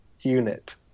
unit